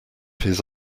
his